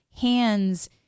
hands